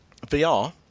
VR